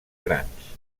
grans